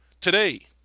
Today